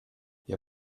wir